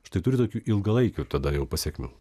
štai turi tokių ilgalaikių tada jau pasekmių